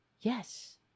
Yes